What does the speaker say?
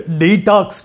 detox